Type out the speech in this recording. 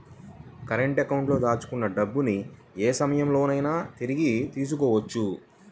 current అకౌంట్లో దాచుకున్న డబ్బుని యే సమయంలోనైనా తిరిగి తీసుకోవచ్చు